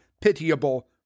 pitiable